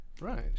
Right